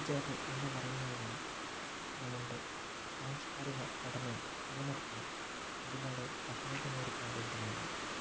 ഒത്തുചേരൽ എന്ന് പറയുന്നത് തന്നെ നമ്മളുടെ സാംസ്കാരിക ഘടനയെ നിലനിർത്തുന്നതിൽ ഒരുപാട് സഹായിക്കുന്ന ഒരു കാര്യം തന്നെയാണ്